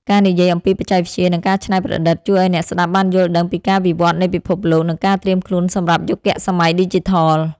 ការនិយាយអំពី បច្ចេកវិទ្យា និងការច្នៃប្រឌិត ជួយឱ្យអ្នកស្ដាប់បានយល់ដឹងពីការវិវត្តនៃពិភពលោក និងការត្រៀមខ្លួនសម្រាប់យុគសម័យឌីជីថល។